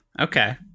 Okay